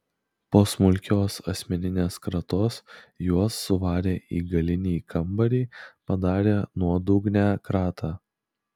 po smulkios asmeninės kratos juos suvarė į galinį kambarį padarė nuodugnią kratą